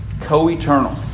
Co-eternal